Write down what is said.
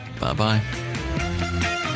Bye-bye